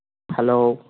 hello